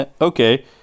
Okay